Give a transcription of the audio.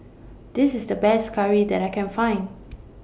This IS The Best Curry that I Can Find